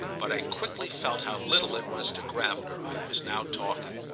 but i quickly felt how little it was to gravener i was now talking.